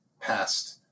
past